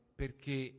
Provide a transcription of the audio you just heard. perché